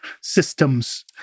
systems